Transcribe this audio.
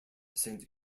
saint